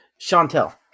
Chantel